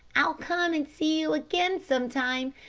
i'll come and see you again some time.